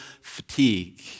fatigue